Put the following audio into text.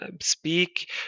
speak